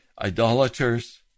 idolaters